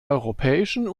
europäischen